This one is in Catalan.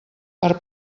per